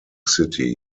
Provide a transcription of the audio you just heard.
city